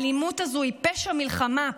האלימות הזו היא פשע מלחמה.